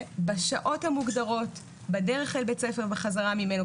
בשעות המוגדרות בדרך אל בית ספר וחזרה ממנו,